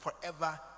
forever